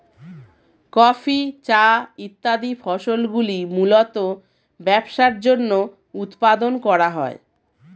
coffee, চা ইত্যাদি ফসলগুলি মূলতঃ ব্যবসার জন্য উৎপাদন করা হয়